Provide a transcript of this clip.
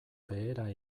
behera